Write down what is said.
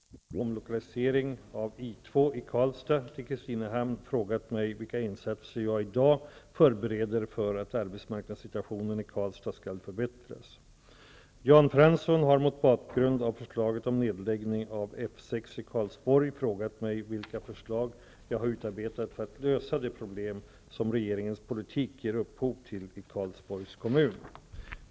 Herr talman! Axel Andersson har mot bakgrund av förslaget om nedläggning av I 14 i Gävle frågat mig vilka åtgärder jag föreslår för att förbättra arbetsmarknadsituationen i Gävle med omnejd. Lisbeth Staaf-Igelström har mot bakgrund av bl.a. Kristinehamn frågat mig vilka insatser jag i dag förbereder för att arbetsmarknadssituationen i Karlstad skall förbättras. Jan Fransson har mot bakgrund av förslaget om nedläggning av F 6 i Karlsborg frågat mig vilka förslag jag har utarbetat för att lösa de problem som regeringens politik ger upphov till i Karlsborgs kommun.